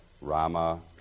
Rama